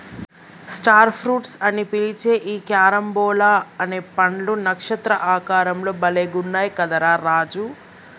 star fruits అని పిలిచే ఈ క్యారంబోలా అనే పండ్లు నక్షత్ర ఆకారం లో భలే గున్నయ్ కదా రా రాజు